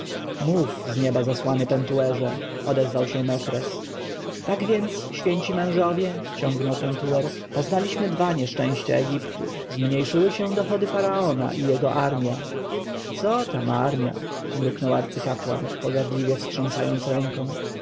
mów z nieba zesłany pentuerze odezwał się mefres tak więc święci mężowie ciągnął pentuer poznaliśmy dwa nieszczęścia egiptu zmniejszyły się dochody faraona i jego armja co tam armja mruknął arcykapłan pogardliwie wstrząsając ręką